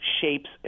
shapes